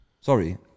Sorry